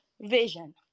vision